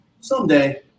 someday